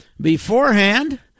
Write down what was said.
beforehand